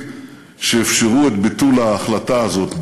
תמורות נוספות שאפשרו את ביטול ההחלטה הזאת באו"ם.